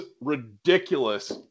ridiculous